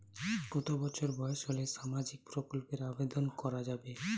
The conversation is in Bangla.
কত বছর বয়স হলে সামাজিক প্রকল্পর আবেদন করযাবে?